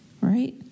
right